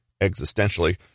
existentially